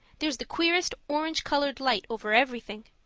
there's the queerest orange-coloured light over everything.